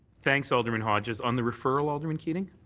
thanks, alderman hodges. on the referral, alderman keating?